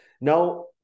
Now